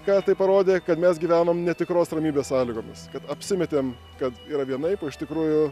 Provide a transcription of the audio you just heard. ką tai parodė kad mes gyvenom netikros ramybės sąlygomis kad apsimetėm kad yra vienaip o iš tikrųjų